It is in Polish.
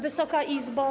Wysoka Izbo!